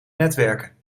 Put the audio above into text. netwerken